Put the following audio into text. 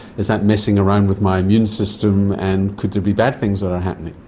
is that messing around with my immune system and could there be bad things that are happening?